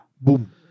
boom